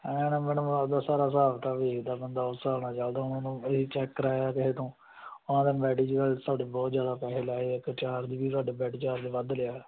ਐਂ ਨਾ ਮੈਡਮ ਆਪਣਾ ਸਾਰਾ ਹਿਸਾਬ ਕਿਤਾਬ ਵੇਖਦਾ ਬੰਦਾ ਉਸ ਹਿਸਾਬ ਨਾਲ ਚੱਲਦਾ ਹੁਣ ਇਹ ਚੈੱਕ ਕਰਵਾਇਆ ਕਿਸੇ ਤੋਂ ਉਹ ਕਹਿੰਦਾ ਮੈਡੀਕਲ ਤੁਹਾਡੇ ਬਹੁਤ ਜ਼ਿਆਦਾ ਪੈਸੇ ਲਾਏ ਆ ਇੱਕ ਚਾਰਜ ਵੀ ਤੁਹਾਡੇ ਬੈਡ ਚਾਰਜ ਵੀ ਵੱਧ ਲਿਆ